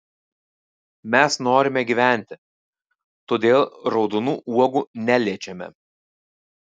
mes norime gyventi todėl raudonų uogų neliečiame